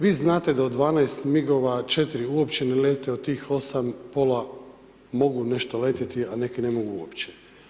Vi znate da od 12 MIG-ova 4 uopće ne lete, od tih 8 pola mogu nešto letjeti, a neki ne mogu uopće.